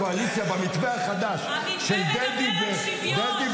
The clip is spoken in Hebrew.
האופוזיציה והקואליציה במתווה החדש של דדי ושי,